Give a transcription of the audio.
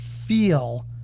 feel